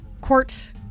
court